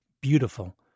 beautiful